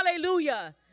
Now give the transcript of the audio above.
Hallelujah